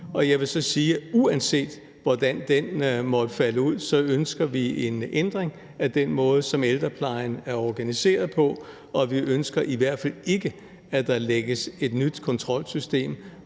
Jeg vil så sige, at uanset hvordan den måtte falde ud, ønsker vi en ændring af den måde, som ældreplejen er organiseret på, og vi ønsker i hvert fald ikke, at der lægges et nyt kontrolsystem